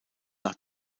nach